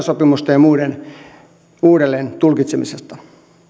sopimusten ja muiden uudelleentulkitsemisesta